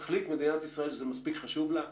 תחליט מדינת ישראל שזה מספיק חשוב לה,